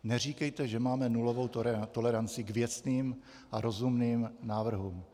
Neříkejte, že máme nulovou toleranci k věcným a rozumným návrhům.